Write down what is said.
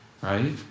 right